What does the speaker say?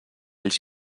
ells